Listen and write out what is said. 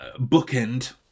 bookend